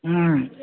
ହଁ